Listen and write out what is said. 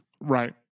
Right